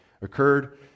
occurred